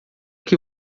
que